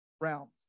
realms